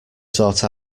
sort